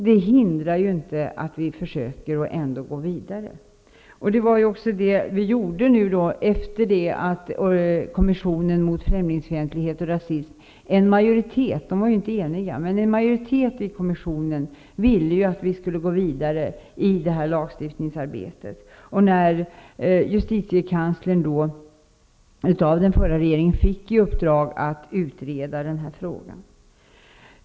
Det hindrar inte att vi försöker gå vidare, och det säger också justitieministern. Det är vad vi har gjort. En majoritet av kommissionen mot främlingsfientlighet och rasim -- kommissionen var inte enig -- ville att vi skulle gå vidare i lagstiftningsarbetet. Justitiekanslern fick då av den förra regeringen i uppdrag att utreda denna fråga.